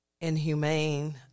inhumane